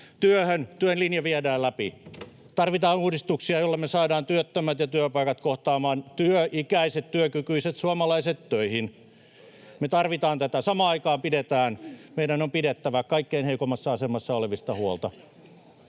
Työn linja viedään läpi. Me tarvitaan uudistuksia, joilla saadaan työttömät ja työpaikat kohtaamaan, työikäiset, työkykyiset suomalaiset töihin. Me tarvitaan tätä. Samaan aikaan meidän on pidettävä kaikkein heikoimmassa asemassa olevista huolta.